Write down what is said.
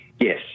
Yes